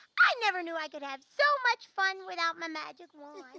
i never knew i could have so much fun without my magic wand.